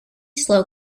slow